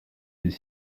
des